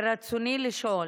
ישראל,